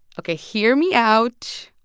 ok, hear me out.